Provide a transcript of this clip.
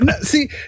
See